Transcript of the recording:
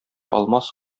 алмас